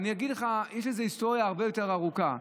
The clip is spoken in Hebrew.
אני אגיד לך, יש לזה היסטוריה הרבה יותר ארוכה.